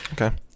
okay